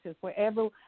wherever